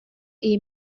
iyi